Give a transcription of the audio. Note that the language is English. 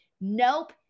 Nope